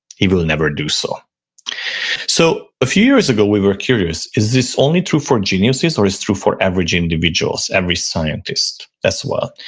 he will never do so so a few years ago we were curious, is this only true for geniuses or it's true for average individuals, average scientists as well?